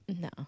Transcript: No